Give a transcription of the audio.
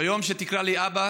"ביום שתקרא לי אבא",